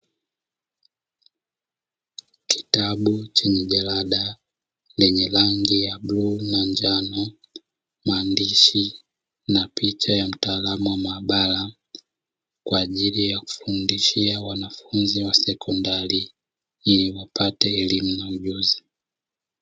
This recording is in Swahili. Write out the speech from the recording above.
Kitabu chenye jarada lenye rangi ya bluu na njano, maandishi na picha ya mtaalamu wa maabara kwa ajili ya kufundishia wanafunzi wa sekondari ili wapate elimu na ujuzi.